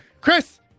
Chris